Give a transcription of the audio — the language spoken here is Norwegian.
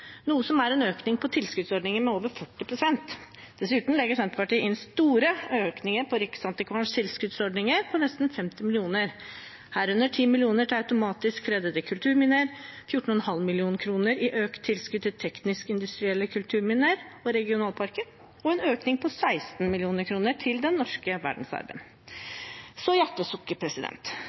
noe som er en økning av tilskuddsordningen med over 40 pst. Dessuten legger Senterpartiet inn store økninger på Riksantikvarens tilskuddsordninger på til sammen nesten 50 mill. kr, herunder 10 mill. kr til automatisk fredede kulturminner, 14,5 mill. kr i økt tilskudd til teknisk-industrielle kulturminner og regionalparker og en økning på 16 mill. kr til den norske